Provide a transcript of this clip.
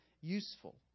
useful